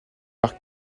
par